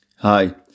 Hi